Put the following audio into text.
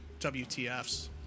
WTFs